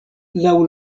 laŭ